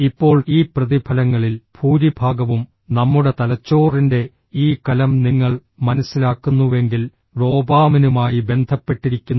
ഇപ്പോൾ ഈ പ്രതിഫലങ്ങളിൽ ഭൂരിഭാഗവും നമ്മുടെ തലച്ചോറിന്റെ ഈ കലം നിങ്ങൾ മനസ്സിലാക്കുന്നുവെങ്കിൽ ഡോപാമിനുമായി ബന്ധപ്പെട്ടിരിക്കുന്നു